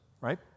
right